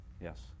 Yes